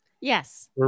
Yes